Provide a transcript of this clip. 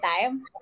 time